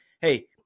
Hey